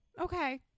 Okay